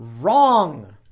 Wrong